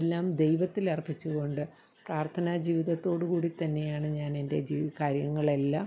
എല്ലാം ദൈവത്തിലർപ്പിച്ചു കൊണ്ട് പ്രാർത്ഥനാ ജീവിതത്തോടു കൂടി തന്നെയാണ് ഞാനെൻ്റെ ജീവി കാര്യങ്ങളെല്ലാം